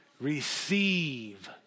Receive